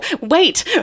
Wait